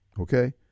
okay